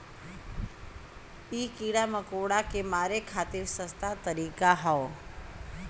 इ कीड़ा मकोड़ा के मारे खातिर सस्ता तरीका हौ